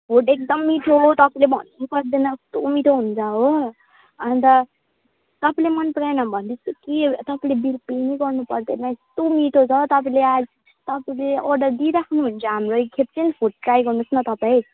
food एकदम मिठो तपाईँले भन्नै पर्दैन कस्तो मिठो हुन्छ हो अन्त तपाईँले मन पराएन भन्दैछु कि तपाईँले बिल पे नै गर्नु पर्दैन यस्तो मिठो छ तपाईँले आज तपाईँले अर्डर दिइराख्नुहुन्छ हाम्रो एकखेप चाहिँ फुड ट्राई गर्नुहोस् न तपाईँ